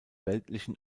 weltlichen